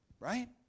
Right